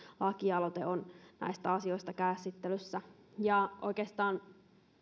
lakialoite näistä asioista käsittelyssä oikeastaan